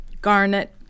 garnet